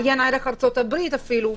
עיין ערך ארצות-הברית אפילו,